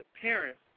parents